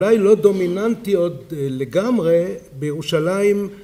‫אולי לא דומיננטי עוד לגמרי ‫בירושלים